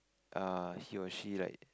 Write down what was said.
uh he or she like